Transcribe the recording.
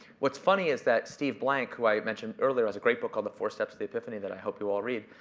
what's funny is that steve blank, who i mentioned earlier, has a great book called the four steps to the epiphany, that i hope you all read.